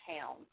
town